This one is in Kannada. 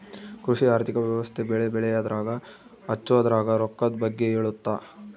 ಕೃಷಿ ಆರ್ಥಿಕ ವ್ಯವಸ್ತೆ ಬೆಳೆ ಬೆಳೆಯದ್ರಾಗ ಹಚ್ಛೊದ್ರಾಗ ರೊಕ್ಕದ್ ಬಗ್ಗೆ ಹೇಳುತ್ತ